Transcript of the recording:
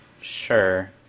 Sure